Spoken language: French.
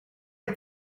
est